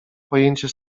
pojęcia